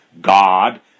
God